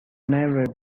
never